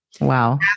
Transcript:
Wow